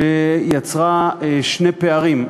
שיצרה שני פערים.